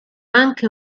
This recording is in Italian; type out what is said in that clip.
anche